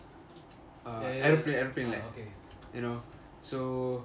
airplane airplane you know so